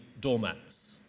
doormats